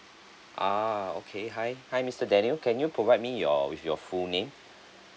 ah okay hi hi mister daniel can you provide me your with your full name